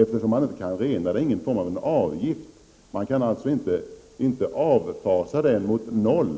Eftersom man inte kan rena koldioxidutsläppen är det ingen form av avgift. Man kan inte avfasa den mot noll.